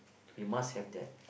you must have that